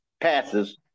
passes